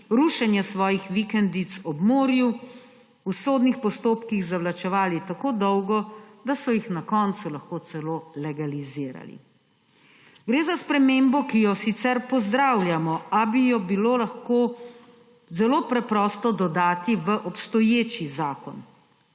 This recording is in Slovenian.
rušenje svojih vikendic ob morju v sodnih postopkih zavlačevali tako dolgo, da so jih na koncu lahko celo legalizirali. Gre za spremembo, ki jo sicer pozdravljamo, a bi jo bilo zelo preprosto dodati v obstoječi zakon.